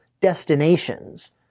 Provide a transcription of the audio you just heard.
destinations